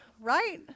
right